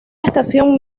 estación